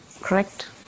correct